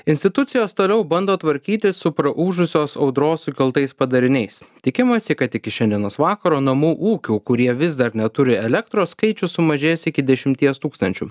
institucijos toliau bando tvarkytis su praūžusios audros sukeltais padariniais tikimasi kad iki šiandienos vakaro namų ūkių kurie vis dar neturi elektros skaičius sumažės iki dešimties tūkstančių